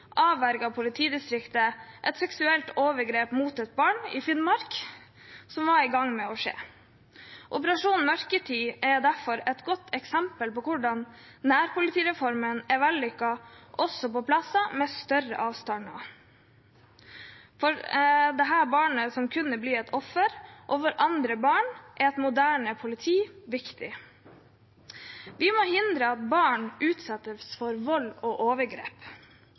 avverget politidistriktet et seksuelt overgrep mot et barn i Finnmark som var i ferd å skje. «Operasjon mørketid» er derfor er et godt eksempel på hvorfor nærpolitireformen er vellykket også på plasser med større avstander. For dette barnet, som kunne blitt et offer, og for andre barn er et moderne politi viktig. Vi må hindre at barn utsettes for vold og overgrep.